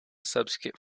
subsequent